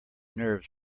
nerves